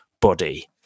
body